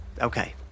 okay